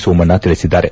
ಸೋಮಣ್ಣ ತಿಳಿಸಿದ್ದಾರೆ